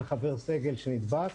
וכל חבר סגל שנדבק,